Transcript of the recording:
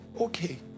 okay